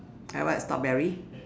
like what strawberry